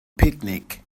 picnic